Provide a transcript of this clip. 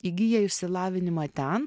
įgiję išsilavinimą ten